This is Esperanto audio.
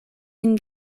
vin